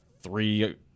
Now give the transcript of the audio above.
three